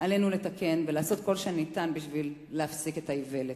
עלינו לתקן ולעשות כל שניתן בשביל להפסיק את האיוולת.